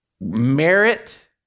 merit